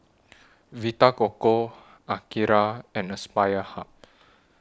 Vita Coco Akira and Aspire Hub